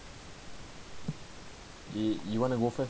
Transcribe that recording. yo~ you want to go first